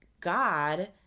God